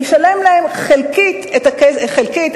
נשלם להם חלקית חלקית,